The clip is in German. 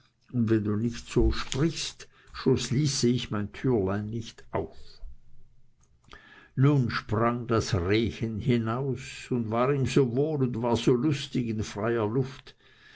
und wenn du nicht so sprichst so schließ ich mein türlein nicht auf nun sprang das rehchen hinaus und war ihm so wohl und war so lustig in freier luft